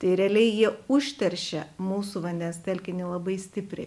tai realiai jie užteršia mūsų vandens telkinį labai stipriai